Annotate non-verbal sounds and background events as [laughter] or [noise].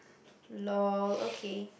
[breath] lol okay